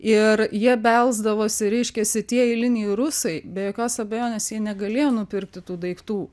ir jie belsdavosi reiškiasi tie eiliniai rusai be jokios abejonės jie negalėjo nupirkti tų daiktų